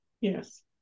Yes